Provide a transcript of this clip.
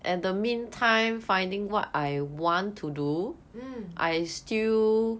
mm